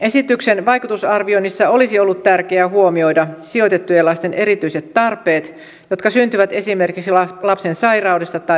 esityksen vaikutusarvioinnissa olisi ollut tärkeää huomioida sijoitettujen lasten erityiset tarpeet jotka syntyvät esimerkiksi lapsen sairaudesta tai vammaisuudesta